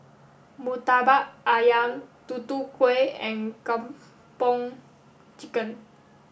Murtabak Ayam Tutu Kueh and Kung Po Chicken